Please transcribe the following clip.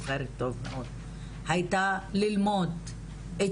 הייתה ללמוד את